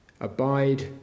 Abide